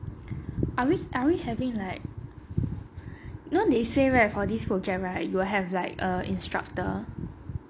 are we are we having like you know they say right for this program right you will have like a instructor